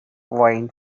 wine